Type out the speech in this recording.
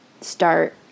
start